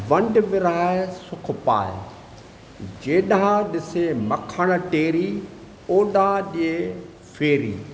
वंडि विरहाए सुखु पाए जेॾा ॾिसे मखण टेरी ओॾा जे फेरी